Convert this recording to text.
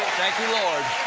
thank you, lord.